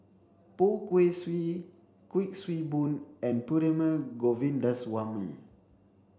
Poh Kay Swee Kuik Swee Boon and Perumal Govindaswamy